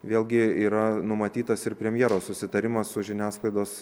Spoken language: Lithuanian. vėlgi yra numatytas ir premjero susitarimas su žiniasklaidos